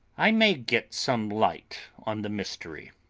i may get some light on the mystery.